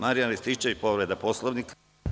Marijan Rističević, povreda Poslovnika.